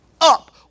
up